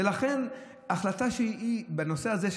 ולכן ההחלטה בנושא הזה,